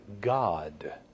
God